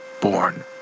born